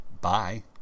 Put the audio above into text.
Bye